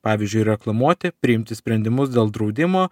pavyzdžiui reklamuoti priimti sprendimus dėl draudimo